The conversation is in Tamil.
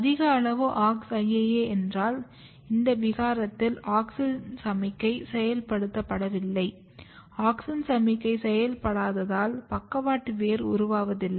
அதிக அளவு AuxIAA என்றால் இந்த விகாரத்தில் ஆக்ஸின் சமிக்ஞை செயல்படுத்தப்படவில்லை ஆக்ஸின் சமிக்ஞை செயல்படாததால் பக்கவாட்டு வேர் உருவாவதில்லை